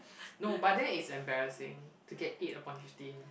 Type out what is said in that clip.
no but that is embarrassing to get eight upon fifty